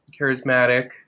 charismatic